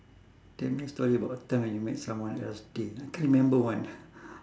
tell me story about a time when you made someone else day I can't remember one